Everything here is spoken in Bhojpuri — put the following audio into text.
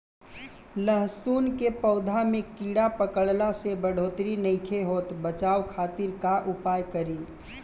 लहसुन के पौधा में कीड़ा पकड़ला से बढ़ोतरी नईखे होत बचाव खातिर का उपाय करी?